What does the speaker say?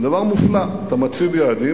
זה דבר מופלא: אתה מציב יעדים,